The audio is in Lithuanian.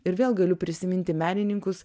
ir vėl galiu prisiminti menininkus